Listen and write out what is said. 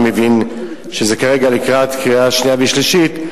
אני מבין שזה כרגע לקראת קריאה שנייה ושלישית,